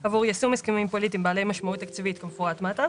עבור יישום הסכמים פוליטיים בעלי משמעות תקציבית כמפורט מטה,